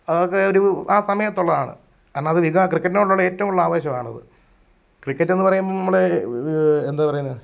അതൊക്കെ ഒരു ആ സമയത്തുള്ളതാണ് കാരണം അത് വികാരം ക്രിക്കറ്റിനോടുള്ള ഏറ്റവും കൂടുതൽ ആവേശമാണത് ക്രിക്കറ്റെന്ന് പറയുമ്പോൾ എന്താ പറയുന്നേ